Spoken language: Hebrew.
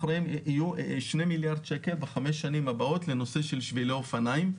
בנוסף יהיו 2 מיליארד שקל בחמש השנים הבאות לנושא של שבילי אופניים,